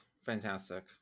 fantastic